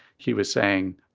he was saying,